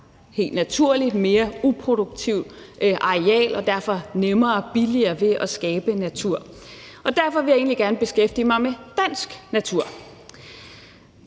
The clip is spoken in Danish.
helt naturligt mere uproduktivt areal og derfor har nemmere og billigere ved at skabe natur. Og derfor vil jeg egentlig gerne beskæftige mig med dansk natur.